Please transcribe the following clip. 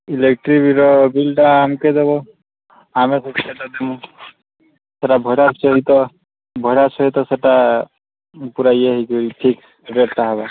electric ବିଲ୍ର ବିଲ୍ଟା ଆମ୍ କେ ଦେବ ଆମେ ବୁଝି ସେଇଟା ଦେମୁ ସେଇଟା ଭଡ଼ା ସହିତ ଭଡ଼ା ସହିତ ସେଇଟା ପୂରା ଇଏ ହେଇକିରି ଫିକ୍ସ ରେଟ୍ଟା ହେବ